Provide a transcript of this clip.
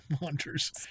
hunters